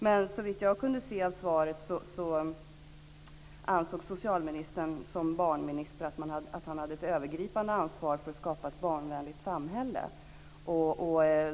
Men såvitt jag har kunnat se av svaret ansåg socialministern som barnminister att han hade ett övergripande ansvar för att skapa ett barnvänligt samhälle.